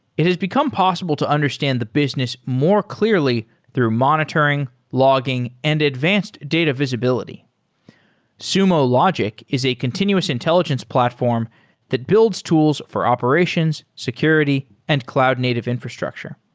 it has become possible to understand the business more clearly through monitoring, logging and advanced data visibility sumo logic is a continuous intelligence platform that builds tools for operations, security and cloud native infrastructure.